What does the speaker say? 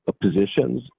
positions